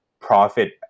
profit